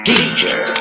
Danger